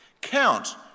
count